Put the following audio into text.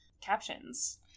captions